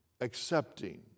accepting